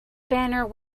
banner